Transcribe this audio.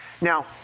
Now